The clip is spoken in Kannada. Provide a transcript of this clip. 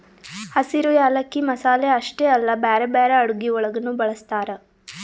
ಹಸಿರು ಯಾಲಕ್ಕಿ ಮಸಾಲೆ ಅಷ್ಟೆ ಅಲ್ಲಾ ಬ್ಯಾರೆ ಬ್ಯಾರೆ ಅಡುಗಿ ಒಳಗನು ಬಳ್ಸತಾರ್